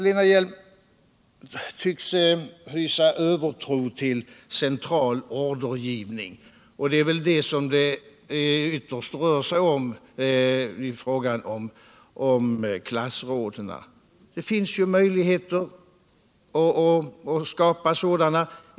Lena Hjelm-Wallén tycks hysa en övertro på central ordergivning, och det är väl det som det ytterst rör sig om i frågan om klassråden. Det finns ju möjligheter att inrätta sådana.